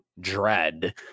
Dread